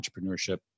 entrepreneurship